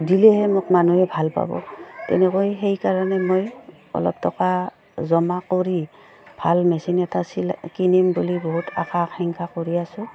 দিলেহে মোক মানুহে ভাল পাব তেনেকৈ সেইকাৰণে মই অলপ টকা জমা কৰি ভাল মেচিন এটা চিলাই কিনিম বুলি বহুত আশা আকাংক্ষা কৰি আছোঁ